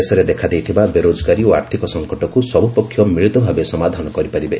ଦେଶରେ ଦେଖାଦେଇଥିବା ବେରୋଜଗାରୀ ଓ ଆର୍ଥିକ ସଂକଟକୁ ସବୁ ପକ୍ଷ ମିଳିତ ଭାବେ ସମାଧାନ କରିବେ